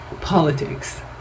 politics